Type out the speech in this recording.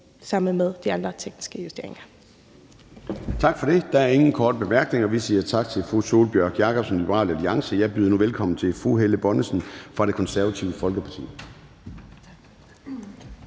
sammen med de andre tekniske justeringer.